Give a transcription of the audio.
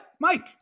Mike